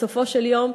בסופו של יום,